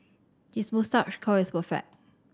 his moustache curl is perfect